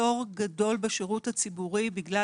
חבר הכנסת עופר כסיף, בבקשה.